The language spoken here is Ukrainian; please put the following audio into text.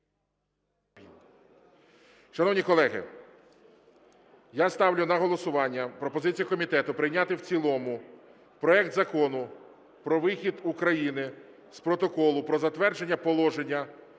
Шановні колеги, я ставлю на голосування пропозицію комітету прийняти в цілому проект Закону про вихід України з Протоколу про затвердження Положення